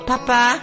Papa